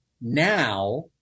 Now